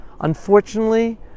Unfortunately